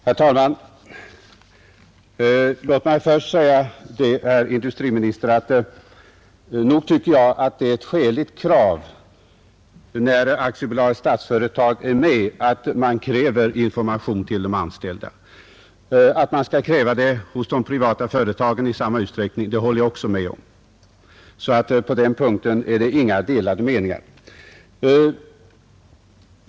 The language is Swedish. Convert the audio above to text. Herr talman! Jag tycker, herr industriminister, att det är ett skäligt krav, när Statsföretag AB är med, att information ges till de anställda. Att man i samma utsträckning skall kräva detta hos de privata företagen håller jag med om, så på den punkten råder det inga delade meningar.